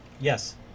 Yes